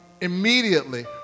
immediately